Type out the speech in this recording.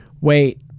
Wait